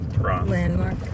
landmark